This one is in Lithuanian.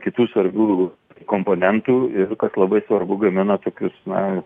kitų svarbių komponentų kas labai svarbu gamina tokius na